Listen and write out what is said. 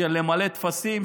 של למלא טפסים,